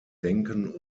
denken